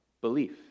belief